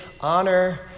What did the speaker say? Honor